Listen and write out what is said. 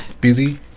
Busy